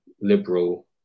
liberal